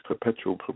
perpetual